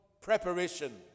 preparation